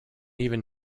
even